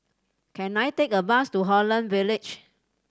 can I take a bus to Holland Village